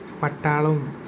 Patalum